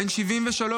בן 73,